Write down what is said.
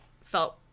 felt